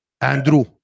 Andrew